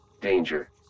Danger